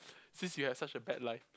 since you have such a bad light